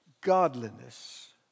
godliness